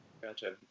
Gotcha